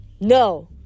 No